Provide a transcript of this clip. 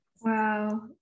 wow